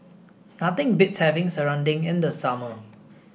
nothing beats having serunding in the summer